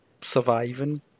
surviving